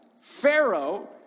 Pharaoh